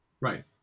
Right